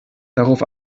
darauf